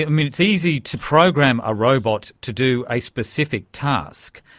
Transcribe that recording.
ah um it's easy to program a robot to do a specific task,